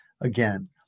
again